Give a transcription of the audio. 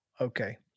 Okay